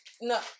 No